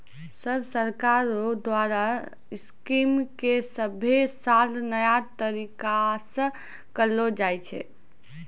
सब सरकार रो द्वारा स्कीम के सभे साल नया तरीकासे करलो जाए छै